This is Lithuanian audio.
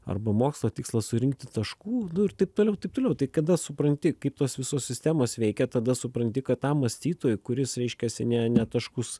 arba mokslo tikslas surinkti taškų nu ir taip toliau taip toliau tai kada supranti kaip tos visos sistemos veikia tada supranti kad tą mąstytoją kuris reiškiasi ne ne taškus